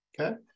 Okay